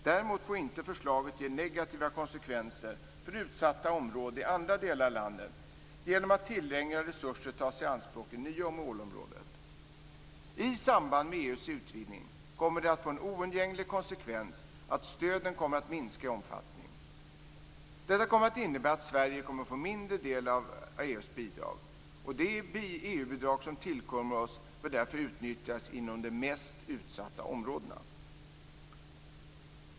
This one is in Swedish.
Däremot får inte förslaget ge negativa konsekvenser för utsatta områden i andra delar av landet genom att tillgängliga resurser tas i anspråk i det nya målområdet. I samband med EU:s utvidgning kommer det att få en oundgänglig konsekvens att stöden kommer att minska i omfattning. Detta kommer att innebära att Sverige kommer att få en mindre andel av EU:s bidrag. De EU-bidrag som tillkommer oss bör därför utnyttjas inom de mest utsatta områdena.